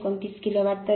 829 kilo watt